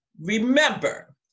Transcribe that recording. Remember